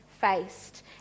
faced